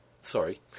Sorry